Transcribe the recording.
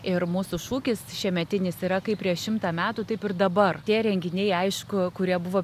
ir mūsų šūkis šiemetinis yra kaip prieš šimtą metų taip ir dabar tie renginiai aišku kurie buvo